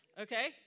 Okay